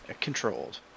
controlled